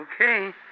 Okay